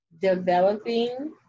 Developing